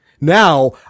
Now